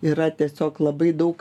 yra tiesiog labai daug